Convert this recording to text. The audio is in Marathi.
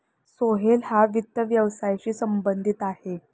सोहेल हा वित्त व्यवसायाशी संबंधित आहे